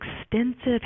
extensive